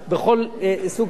מדובר על בחירות חשאיות,